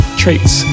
traits